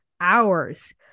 hours